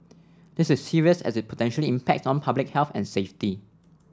this is serious as it potentially impacts on public health and safety